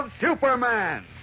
Superman